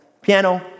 piano